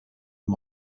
him